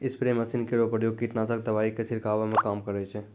spray machine केरो प्रयोग कीटनाशक दवाई क छिड़कावै म काम करै छै